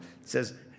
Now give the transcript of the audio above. says